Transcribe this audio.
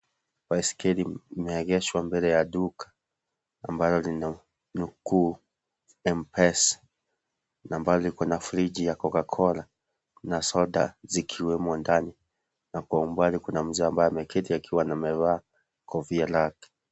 Baiskeli imeegeshwa mbele ya duka ambayo ina nukuu M-Pesa na mbali kuna fridgi ya cocacola na soda zikiwemo ndani na kwa umbali kuna mzee ambaye ameketi akiwa amevaa kofia lake.